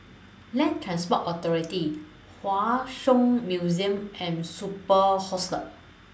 Land Transport Authority Hua Song Museum and Superb Hostel